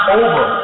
over